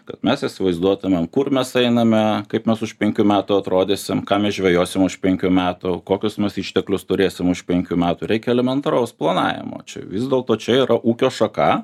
kad mes įsivaizduotumėm kur mes einame kaip mes už penkių metų atrodysim ką mes žvejosim už penkių metų kokius mes išteklius turėsim už penkių metų reikia elementaraus planavimo čia vis dėlto čia yra ūkio šaka